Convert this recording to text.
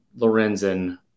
Lorenzen